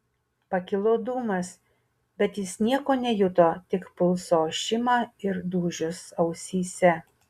pakilo dūmas bet jis nieko nejuto tik pulso ošimą ir dūžius ausyse